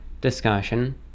discussion